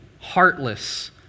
heartless